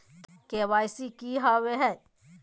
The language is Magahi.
के.वाई.सी की हॉबे हय?